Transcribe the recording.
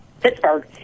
Pittsburgh